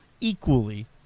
equally